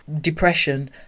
depression